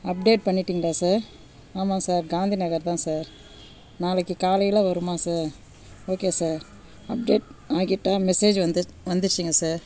update பண்ணிட்டீங்களா sir ஆமா sir Gandhi Nagar தான் சார் நாளைக்கு காலையில் வருமா சார் ஓகே சார் அப்டேட் ஆகிட்டா மெசேஜ் வந்துரு வந்துருச்சுங்க சார்